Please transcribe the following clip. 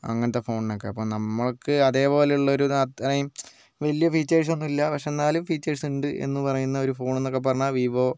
അങ്ങനത്തെ ഫോണിനൊക്കെ അപ്പോൾ നമുക്ക് അതേപോലെയുള്ളൊരു അത്രയും വലിയ ഫീച്ചേഴ്സ് ഒന്നും ഇല്ല പക്ഷേ എന്നാലും ഫീച്ചേഴ്സ് ഉണ്ട് എന്നു പറയുന്ന ഒരു ഫോൺ എന്നൊക്കെ പറഞ്ഞാൽ വിവോ